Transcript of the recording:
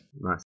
Nice